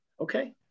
Okay